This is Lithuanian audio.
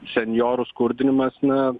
senjorų skurdinimas na